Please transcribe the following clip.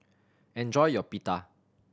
enjoy your Pita